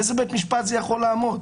באיזה בית משפט זה יכול לעמוד?